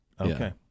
Okay